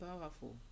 powerful